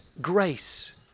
grace